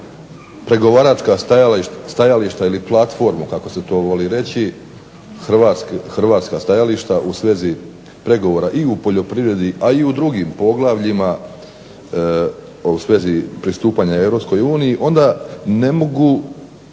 hrvatska stajališta u svezi pregovora i u poljoprivredi, a i u drugim poglavljima, a u svezi pristupanja Europskoj